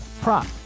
prop